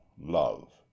Love